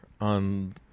on